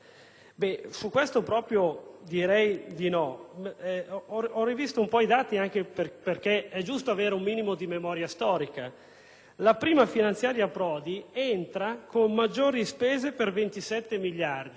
Su questo direi proprio di no. Ho rivisto i dati, anche perché è giusto avere un minimo di memoria storica. Ebbene, la prima finanziaria Prodi entra con maggiori spese per 27 miliardi;